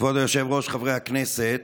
כבוד היושב-ראש, חברי הכנסת,